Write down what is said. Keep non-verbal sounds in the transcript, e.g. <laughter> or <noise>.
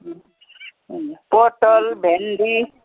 <unintelligible> पोटल भेन्डी